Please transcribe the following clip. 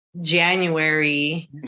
January